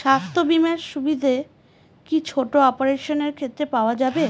স্বাস্থ্য বীমার সুবিধে কি ছোট অপারেশনের ক্ষেত্রে পাওয়া যাবে?